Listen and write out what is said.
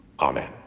Amen